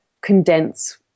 condense